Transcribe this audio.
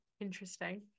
Interesting